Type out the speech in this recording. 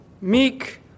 meek